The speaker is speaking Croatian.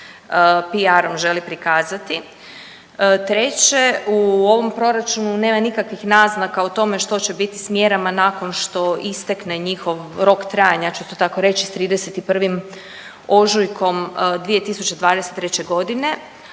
PR-om želi prikazati. Treće, u ovom Proračunu nema nikakvih naznaka o tome što će bit s mjerama nakon što istekne njihov rok trajanja, ja ću isto tako reći, s 31. ožujkom 2023. g.,